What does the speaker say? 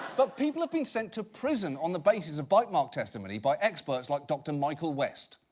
but people have been sent to prison on the basis of bite mark testimony by experts like, dr. michael west.